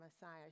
messiah